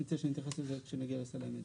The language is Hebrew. אני מציע שנתייחס עת נגיע לסלי המידע.